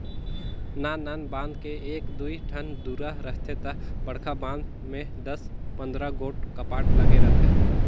नान नान बांध में एक दुई ठन दुरा रहथे ता बड़खा बांध में दस पंदरा गोट कपाट लगे रथे